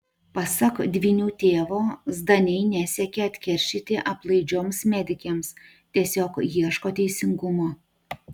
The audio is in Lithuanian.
pasak dvynių tėvo zdaniai nesiekia atkeršyti aplaidžioms medikėms tiesiog ieško teisingumo